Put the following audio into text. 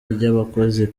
ry’abakozi